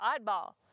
oddball